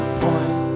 point